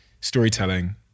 storytelling